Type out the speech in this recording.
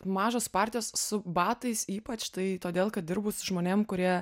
mažos partijos su batais ypač tai todėl kad dirbu su žmonėm kurie